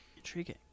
Intriguing